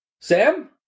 Sam